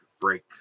break